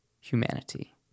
humanity